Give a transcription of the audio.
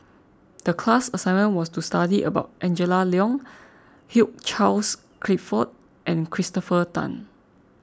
the class assignment was to study about Angela Liong Hugh Charles Clifford and Christopher Tan